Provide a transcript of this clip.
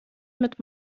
mit